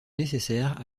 nécessaire